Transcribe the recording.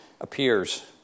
appears